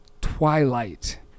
Twilight